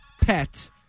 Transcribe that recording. pet